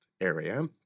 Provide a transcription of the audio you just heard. area